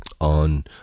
on